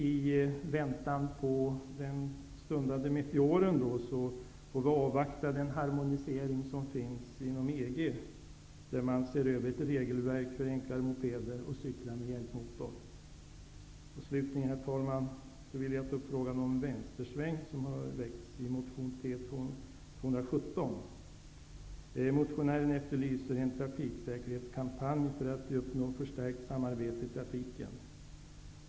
I väntan på meteoren får vi avvakta den harmonisering som pågår inom EG, där man även ser över regelverk för enklare mopeder och cyklar med hjälpmotor. Herr talman! Slutligen vill jag ta upp frågan om vänstersväng, som lyfts fram i motion T217. Motionären efterlyser en trafiksäkerhetskampanj för att uppnå förstärkt samarbete i trafiken.